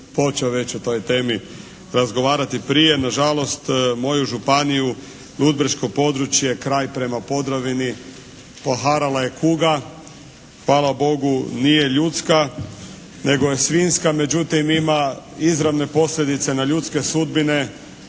Hvala Bogu nije ljudska nego je svinjska. Međutim, ima izravne posljedice na ljudske sudbine.